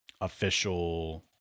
official